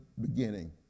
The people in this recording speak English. beginning